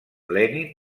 lenin